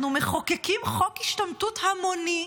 אנחנו מחוקקים חוק השתמטות המוני,